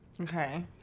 Okay